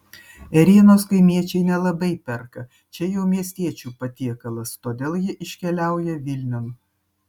ėrienos kaimiečiai nelabai perka čia jau miestiečių patiekalas todėl ji iškeliauja vilniun